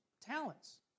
talents